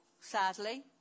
sadly